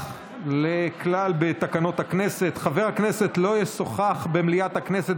לכלל בתקנות הכנסת אומר כך: "חבר הכנסת לא ישוחח במליאת הכנסת